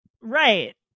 Right